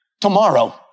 tomorrow